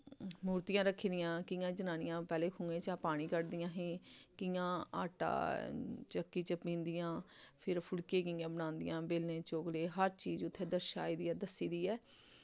मूर्तियां रक्खी दियां कि'यां जनानियां पैह्लें खूहें चा पानी क'ड्डदियां हीं कि'यां आटा चक्की च पींह्दियां फिर फुलके कि'यां बनांदियां बेलने चकले हर चीज उत्थै दर्शाई दी ऐ दस्सी दी ऐ